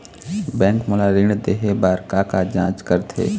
Bank मोला ऋण देहे बार का का जांच करथे?